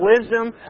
wisdom